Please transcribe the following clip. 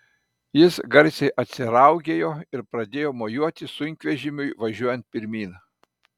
jis garsiai atsiraugėjo ir pradėjo mojuoti sunkvežimiui važiuoti pirmyn